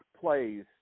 plays